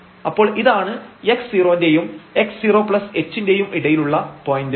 അപ്പോൾ ഇതാണ് x0 ന്റെയും x0h ന്റെയും ഇടയിലുള്ള പോയിന്റ്